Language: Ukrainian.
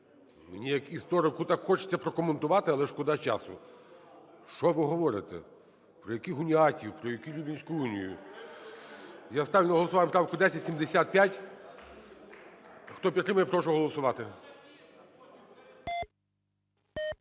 Мені як історику так хочеться прокоментувати, але шкода часу. Що ви говорите? Про яких уніатів? Про яку Люблінську унію? Я ставлю на голосування правку 1075. Хто підтримує, прошу голосувати.